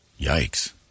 yikes